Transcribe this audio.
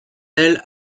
elle